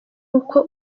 uko